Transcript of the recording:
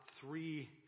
three